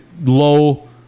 low